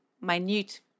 minute